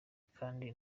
kandi